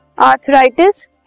Arthritis